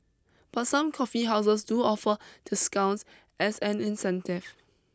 but some coffee houses do offer discounts as an incentive